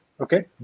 okay